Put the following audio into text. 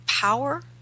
power